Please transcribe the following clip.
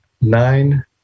nine